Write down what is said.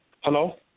Hello